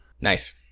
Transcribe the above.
Nice